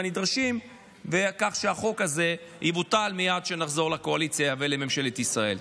הנדרשים כך שהחוק הזה יבוטל מייד כשנחזור לקואליציה ולממשלת ישראל.